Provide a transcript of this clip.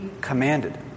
commanded